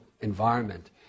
environment